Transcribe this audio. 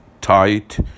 tight